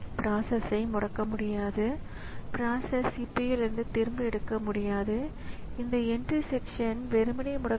பின்னர் மெமரி லாெக்கேஷனின் உள்ளடக்கம் அதாவது ப்ரோக்ராம் கவுண்டரின் மதிப்பு புதுப்பிக்கப்பட்டு முகவரி பஸ்ஸில் வைக்கப்படுகிறது